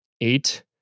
eight